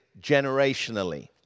generationally